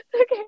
okay